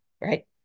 right